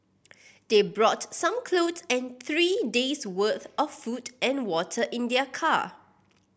they brought some clothes and three days' worth of food and water in their car